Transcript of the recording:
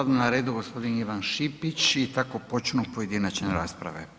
Sada je na redu gospodin Ivan Šipić i tako počinju pojedinačne rasprave.